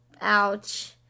ouch